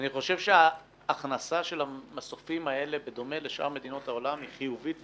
אני חושב שההכנסה של המסופים האלה בדומה לשאר מדינות העולם היא חיובית,